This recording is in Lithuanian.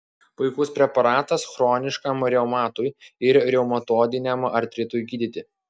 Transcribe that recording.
puikus preparatas chroniškam reumatui ir reumatoidiniam artritui gydyti